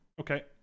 Okay